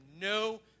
no